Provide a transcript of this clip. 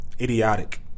Idiotic